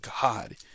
God